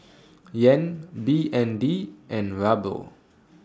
Yen B N D and Ruble